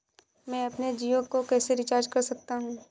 मैं अपने जियो को कैसे रिचार्ज कर सकता हूँ?